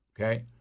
okay